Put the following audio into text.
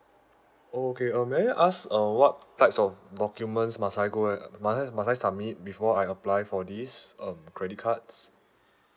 okay um may I ask uh what types of documents must I go a~ mu~ must I submit before I apply for this um credit cards